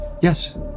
Yes